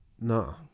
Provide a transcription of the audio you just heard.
no